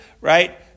right